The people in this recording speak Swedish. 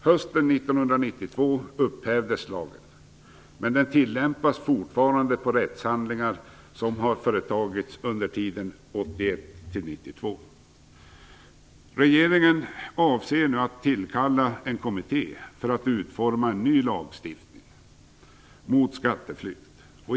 Hösten 1992 upphävdes lagen, men den tillämpas fortfarande på rättshandlingar som har företagits under 1981-1992. Regeringen avser att tillkalla en kommitté för att utforma en ny lagstiftning mot skatteflykt.